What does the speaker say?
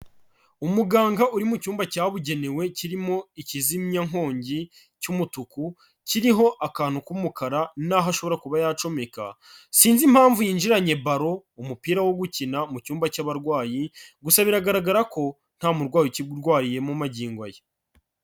Umuganga uri mu cyumba cyabugenewe kirimo ikizimya nkongi cy'umutuku kiriho akantu k'umukara naho ashobora kuba yacomeka, sinzi impamvu yinjiranye baro, umupira wo gukina mu cyumba cy'abarwayi, gusa biragaragara ko nta murwayi ukirwariyemo magingo aya.